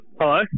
Hello